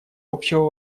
общего